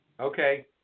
Okay